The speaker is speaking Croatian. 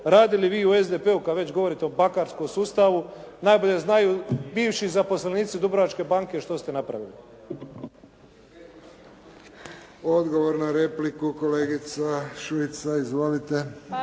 radili vi u SDP-u kad već govorite o pakarskom sustavu, najbolje znaju bivši zaposlenici Dubrovačke banke što ste napravili. **Friščić, Josip (HSS)** Odgovor na repliku kolegica Šuica. Izvolite.